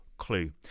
clue